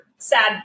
Sad